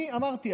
אני אמרתי,